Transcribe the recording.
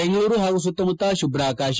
ಬೆಂಗಳೂರು ಹಾಗೂ ಸುತ್ತಮುತ್ತ ಶುಭ್ರ ಆಕಾಶ